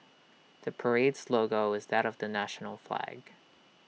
the parade's logo is that of the national flag